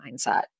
mindset